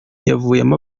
yavuyemo